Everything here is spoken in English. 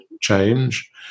change